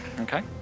Okay